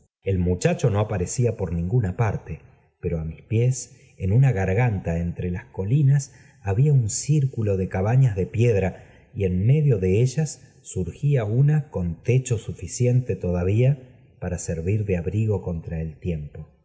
el muchacho no aparecía por ninguna parte v jt ero a mis pies en una garganta entre la colinas había un círculo de cabañas de piedra y en medio de ellas surgía una con techo suficiente todavfe para servir de abrigo contra el tiempo